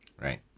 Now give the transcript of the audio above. Right